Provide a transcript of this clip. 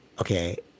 Okay